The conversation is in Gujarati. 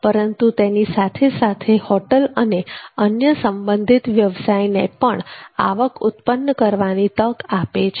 પરંતુ તેની સાથે સાથે હોટલ અને અન્ય સંબંધિત વ્યવસાયને પણ આવક ઉત્પન્ન કરવાની તક આપે છે